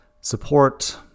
support